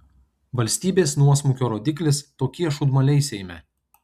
valstybės nuosmukio rodiklis tokie šūdmaliai seime